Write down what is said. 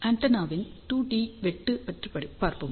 ஆண்டெனாவின் 2 டி வெட்டு பற்றி பார்ப்போம்